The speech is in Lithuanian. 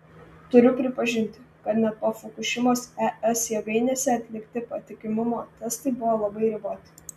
turiu pripažinti kad net po fukušimos es jėgainėse atlikti patikimumo testai buvo labai riboti